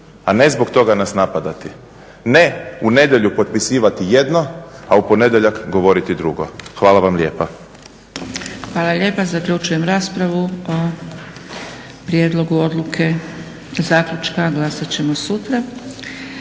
a ne zbog toga nas napadati. Ne u nedjelju potpisivati jedno a u ponedjeljak govoriti drugo. Hvala vam lijepa. **Zgrebec, Dragica (SDP)** Hvala lijepa. Zaključujem raspravu. O Prijedlogu Odluke zaključka glasat ćemo sutra.